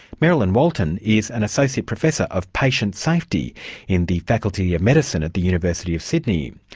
merrilyn walton is an associate professor of patient safety in the faculty of medicine at the university of sydney.